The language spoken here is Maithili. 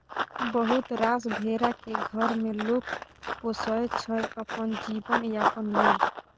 बहुत रास भेरा केँ घर मे लोक पोसय छै अपन जीबन यापन लेल